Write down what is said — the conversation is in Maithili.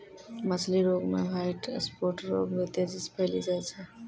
मछली रोग मे ह्वाइट स्फोट रोग भी तेजी से फैली जाय छै